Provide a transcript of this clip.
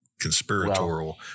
conspiratorial